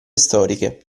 storiche